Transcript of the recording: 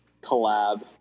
collab